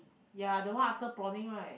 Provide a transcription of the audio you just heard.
ya the one after prawning right